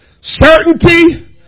certainty